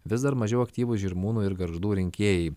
vis dar mažiau aktyvūs žirmūnų ir gargždų rinkėjai